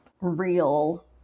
real